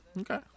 Okay